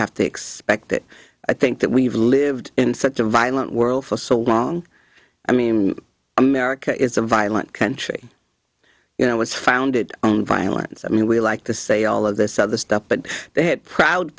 have to expect that i think that we've lived in such a violent world for so long i mean america is a violent country you know it was founded on violence i mean we like to say all of this other stuff but they had proud